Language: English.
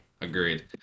Agreed